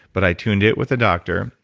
but i tuned it with a doctor,